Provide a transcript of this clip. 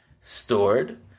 stored